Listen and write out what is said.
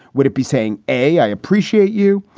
would it be saying, a, i appreciate you.